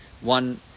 one